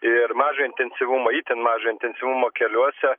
ir mažo intensyvumo itin mažo intensyvumo keliuose